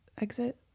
exit